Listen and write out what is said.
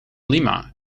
lima